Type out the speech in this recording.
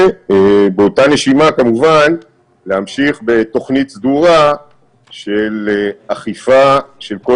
ובאותה נשימה כמובן להמשיך בתוכנית סדורה של אכיפה של כל